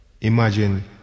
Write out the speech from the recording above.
Imagine